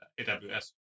AWS